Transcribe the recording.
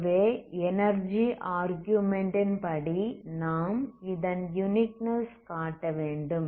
ஆகவே energy argument ன் படி நாம் இதன் யுனிக்னெஸ் காட்டவேண்டும்